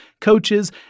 coaches